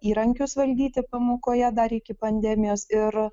įrankius valdyti pamokoje dar iki pandemijos ir